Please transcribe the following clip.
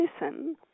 listen